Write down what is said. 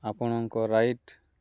ଆପଣଙ୍କ ରାଇଟ୍